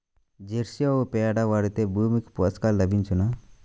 Jersey ఆవు పేడ వాడితే భూమికి పోషకాలు లభించునా?